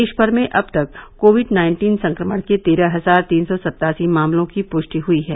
देशभर में अब तक कोविड नाइन्टीन संक्रमण के तेरह हजार तीन सौ सत्तासी मामलों की पुष्टि हुई है